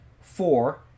Four